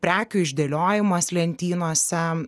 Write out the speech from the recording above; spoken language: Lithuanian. prekių išdėliojimas lentynose